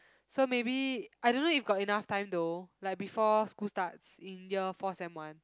so maybe I don't know if got enough time though like before school starts in year four sem one